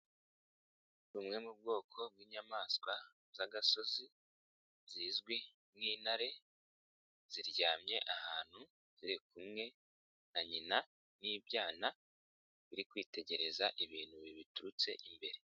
Bumwe mu bwoko bw'inyamaswa z'agasozi zizwi nk'intare ziryamye ahantu ziri kumwe na nyina n'ibyana biri kwitegereza ibintu bibiturutse imbere.